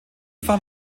fahren